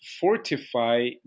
fortify